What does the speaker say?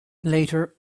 later